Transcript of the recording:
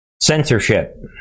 censorship